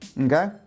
okay